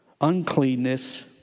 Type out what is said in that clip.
uncleanness